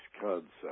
concept